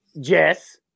Jess